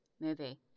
movie